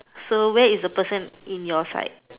so where is the person in your side